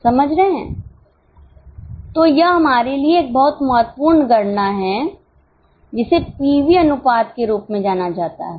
तो यह हमारे लिए एक बहुत महत्वपूर्ण गणना है जिसे पीवी अनुपात के रूप में जाना जाता है